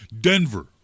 Denver